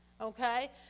Okay